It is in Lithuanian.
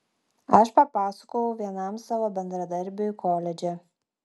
aš papasakojau vienam savo bendradarbiui koledže